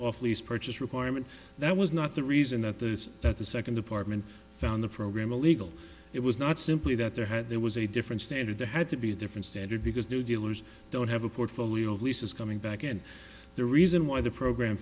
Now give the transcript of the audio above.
off lease purchase requirement that was not the reason that the that the second department found the program illegal it was not simply that there had there was a different standard the had to be a different standard because new dealers don't have a portfolio of leases coming back and the reason why the program